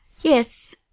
Yes